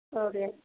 औ दे